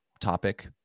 topic